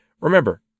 Remember